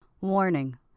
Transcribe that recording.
Warning